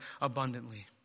abundantly